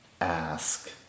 ask